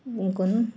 बुंगोन